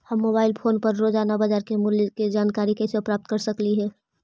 हम mobile phone पर रोजाना बाजार मूल्य के जानकारी कैसे प्राप्त कर सकली हे?